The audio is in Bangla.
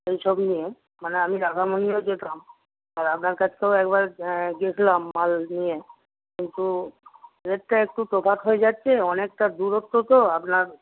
এইসব নিয়েই মানে আমি রাধা মন্দিরে যেতাম আর আপনার কাছে তো একবার গেছলাম মাল নিয়ে কিন্তু রেটটা একটু তফাৎ হয়ে যাচ্ছে অনেকটা দূরত্ব তো আপনার